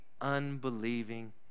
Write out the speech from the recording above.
unbelieving